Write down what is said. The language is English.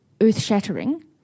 earth-shattering